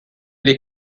les